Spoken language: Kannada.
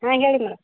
ಹಾಂ ಹೇಳಿ ಮ್ಯಾಮ್